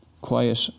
Quiet